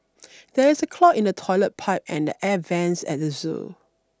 there is a clog in the toilet pipe and the air vents at the zoo